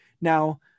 Now